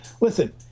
listen